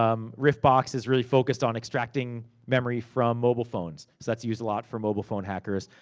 um riff box is really focused on extracting memory from mobile phones. so, that's used a lot for mobile phone hackers.